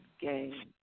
game